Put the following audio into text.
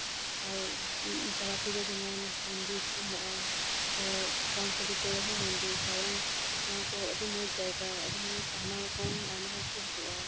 ᱟᱨ ᱛᱟᱨᱟᱯᱤᱴᱷ ᱨᱮ ᱡᱮᱢᱚᱱ ᱢᱚᱱᱫᱤᱨ ᱠᱚ ᱢᱮᱱᱟᱜᱼᱟ ᱥᱮ ᱠᱚᱝᱠᱟᱞᱤ ᱛᱚᱞᱟ ᱦᱚᱸ ᱢᱚᱱᱫᱤᱨ ᱠᱟᱨᱚᱱ ᱫᱚ ᱚᱱᱟ ᱠᱚ ᱟᱹᱰᱤ ᱢᱚᱸᱡ ᱡᱟᱭᱜᱟ ᱟᱭᱢᱟ ᱨᱚᱠᱚᱢ ᱟᱹᱰᱤ ᱦᱚᱲ ᱠᱚ ᱦᱤᱡᱩᱜᱼᱟ